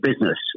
business